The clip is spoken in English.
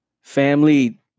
Family